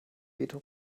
veto